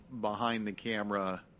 behind-the-camera